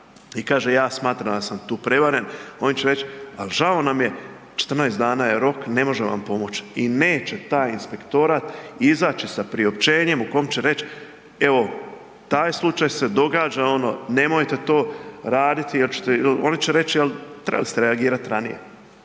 i kaže ja smatram da sam tu prevaren, oni će reć žao nam je, 14 dana je rok, ne možemo vam pomoć. I neće taj inspektorat izaći sa priopćenjem u kome će reć evo taj slučaj se događa, ono nemojte to raditi, oni će reć trebali ste reagirat ranije.